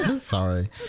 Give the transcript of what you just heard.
Sorry